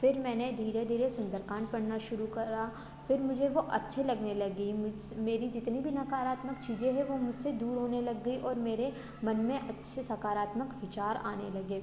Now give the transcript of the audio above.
फिर मैंने धीरे धीरे सुंदरकांड पढ़ना शुरू करा फिर मुझे वो अच्छी लगने लगी मुज्स मेरी जितनी भी नकारात्मक चीज़ें हैं वो मुझसे दूर होने लग गईं और मेरे मन में अच्छे सकारात्मक विचार आने लगे